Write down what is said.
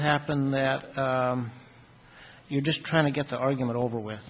happened that you're just trying to get the argument over with